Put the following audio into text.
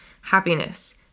happiness